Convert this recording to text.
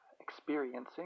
experiencing